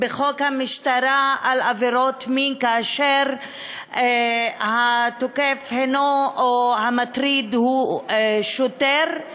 בחוק המשטרה על עבירות מין כאשר התוקף או המטריד הוא שוטר,